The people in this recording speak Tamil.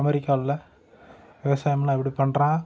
அமெரிக்காவில் விவசாயம்லாம் எப்படி பண்ணுறான்